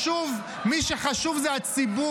איזה דף מסרים?